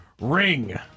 Ring